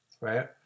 right